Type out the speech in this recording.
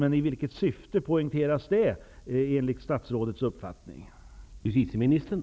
Men i vilket syfte poängterar statsrådet detta?